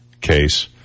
case